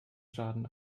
schaden